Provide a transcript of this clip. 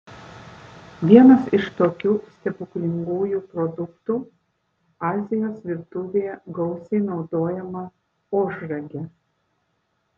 vienas iš tokių stebuklingųjų produktų azijos virtuvėje gausiai naudojama ožragė